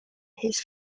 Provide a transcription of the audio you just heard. his